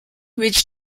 ridge